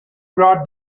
brought